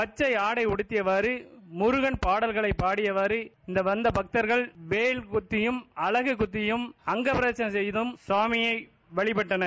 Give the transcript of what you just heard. பக்சை ஆடை உடுத்தியவாறு முருகள் பாடல்களை பாடியவாறு இங்கு வந்த பக்தர்கள் வேல் குத்தியும் அவகு குத்தியும் அங்கபிரதட்சளம் செய்தம் சுவாமியை வழிபட்டனர்